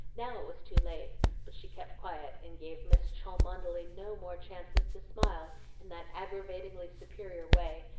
now it was too late but she kept quiet and gave miss cholmondeley no more chances to smile in that aggravatingly superior way,